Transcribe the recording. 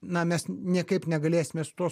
na mes niekaip negalėsime su tuo